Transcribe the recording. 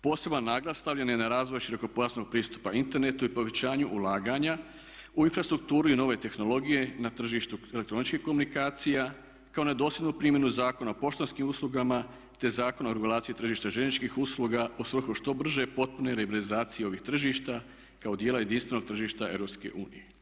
Poseban naglas stavljen je na razvoj širokopojasnog pristupa internetu i povećanju ulaganja u infrastrukturu i nove tehnologije na tržištu elektroničkih komunikacija kao na dosljednu primjenu Zakona o poštanskim uslugama, te Zakona o regulaciji tržišta željezničkih usluga u svrhu što brže i potpune … ovih tržišta kao djela jedinstvenog tržišta EU.